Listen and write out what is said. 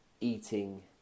eating